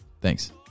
Thanks